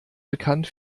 bekannt